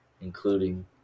including